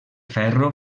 ferro